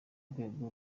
rwego